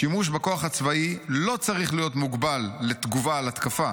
השימוש בכוח הצבאי לא צריך להיות מוגבל לתגובה על התקפה"